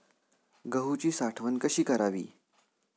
गहूची साठवण कशी करावी?